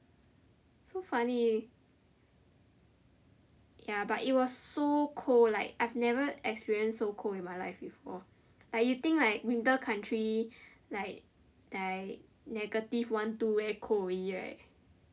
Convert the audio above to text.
so funny ya but it was so cold like I have never experienced so cold in my life before like you think like winter country like like negative one two very cold already right